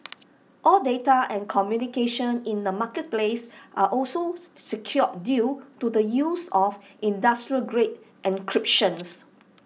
all data and communication in the marketplace are also secure due to the use of industrial grade encryptions